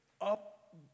up